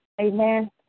Amen